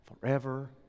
forever